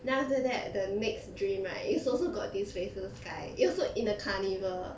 then after that the next dream right is also got this faceless guy also in the carnival